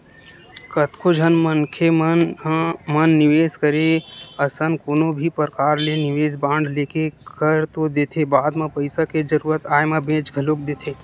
कतको झन मनखे मन निवेस करे असन कोनो भी परकार ले निवेस बांड लेके कर तो देथे बाद म पइसा के जरुरत आय म बेंच घलोक देथे